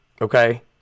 okay